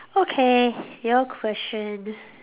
okay your question